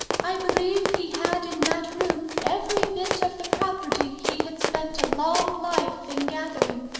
i believe he had in that room every bit of the property he had spent a long life in gathering.